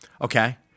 Okay